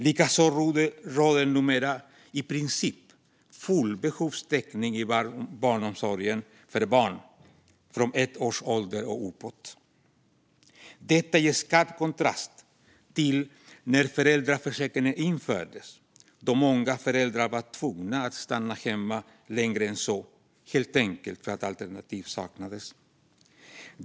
Likaså råder numera i princip full behovstäckning i barnomsorgen för barn från ett års ålder och uppåt, detta i skarp kontrast till när föräldraförsäkringen infördes, då många föräldrar var tvungna att stanna hemma längre än så helt enkelt för att alternativ saknades.